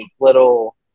little